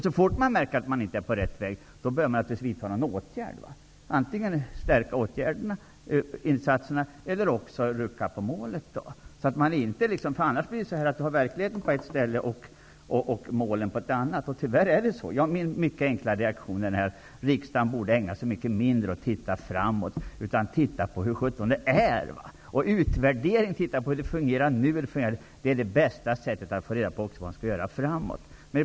Så fort man märker att man inte är på rätt väg, bör åtgärder naturligtvis vidtas -- antingen på så sätt att insatserna stärks eller genom att man ruckar på målet. Annars kommer verkligheten att vara en sak och målet något annat. Tyvärr är det nu så. Min mycket enkla reaktion är att riksdagen borde ägna sig mycket mindre åt att titta framåt, och i stället borde man titta på hur verkligheten ser ut. Att genom en utvärdering titta på hur saker och ting fungerar nu är det bästa sättet att få reda på vad som bör göras i framtiden.